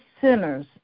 sinners